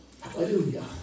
Hallelujah